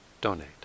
donate